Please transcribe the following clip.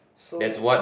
so